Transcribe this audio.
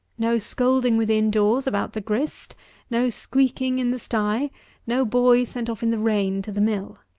no scolding within doors about the grist no squeaking in the stye no boy sent off in the rain to the mill.